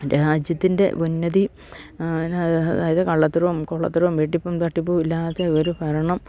രാജ്യത്തിൻ്റെ ഉന്നതി അതായത് കള്ളത്തരവും കൊള്ളത്തരവും വെട്ടിപ്പും തട്ടിപ്പും ഇല്ലാത്ത ഒരു ഭരണം